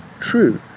true